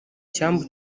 cyambu